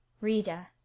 READER